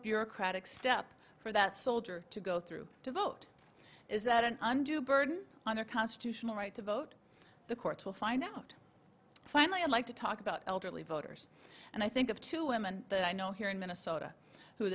bureaucratic step for that soldier to go through to vote is that an undue burden on their constitutional right to vote the courts will find out finally i'd like to talk about elderly voters and i think of two women that i know here in minnesota who